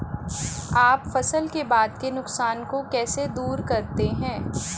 आप फसल के बाद के नुकसान को कैसे दूर करते हैं?